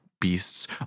beasts